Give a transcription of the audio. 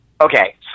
Okay